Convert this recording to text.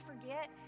forget